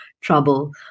trouble